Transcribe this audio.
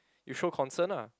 you show concern ah